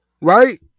Right